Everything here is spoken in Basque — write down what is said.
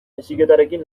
heziketarekin